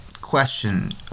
Question